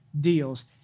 deals